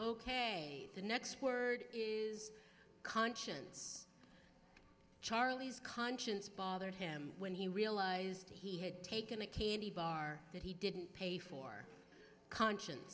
ok the next word is conscience charlie's conscience bothered him when he realized he had taken a candy bar that he didn't pay for conscience